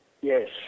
Yes